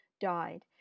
died